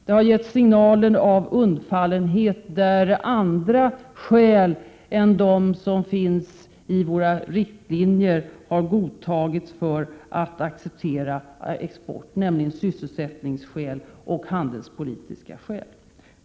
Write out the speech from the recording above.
Det har getts signaler av undfallenhet där andra skäl än de som finns i våra riktlinjer, nämligen sysselsättningsskäl och handelspolitiska skäl, har godtagits för att acceptera export.